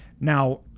Now